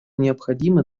необходимо